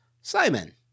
Simon